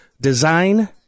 design